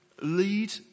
lead